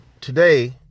Today